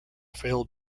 failed